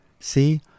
See